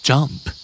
Jump